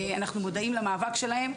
אנחנו מודעים למאבק שלהם,